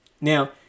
Now